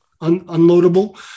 unloadable